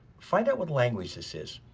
find out what language this is.